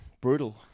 brutal